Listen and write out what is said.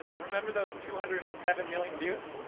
ah remember those two hundred and seven million views?